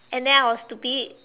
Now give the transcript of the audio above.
and then I was stupid